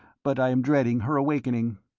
but i am dreading her awakening.